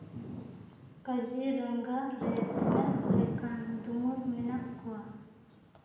ᱠᱟᱡᱤᱨᱟᱸᱜᱟ ᱨᱮ ᱛᱤᱱᱟᱹᱜ ᱞᱮᱠᱟᱱ ᱫᱩᱢᱩᱨ ᱢᱮᱱᱟᱜ ᱠᱚᱣᱟ